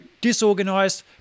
disorganized